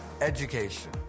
education